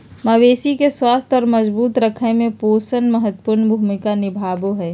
मवेशी के स्वस्थ और मजबूत रखय में पोषण महत्वपूर्ण भूमिका निभाबो हइ